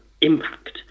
impact